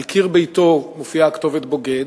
על קיר ביתו מופיעה הכתובת "בוגד"